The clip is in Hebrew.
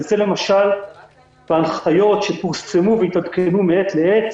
וזה למשל בהנחיות שפורסמו והתעדכנו מעת לעת